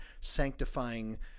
sanctifying